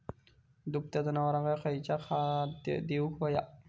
दुभत्या जनावरांका खयचा खाद्य देऊक व्हया?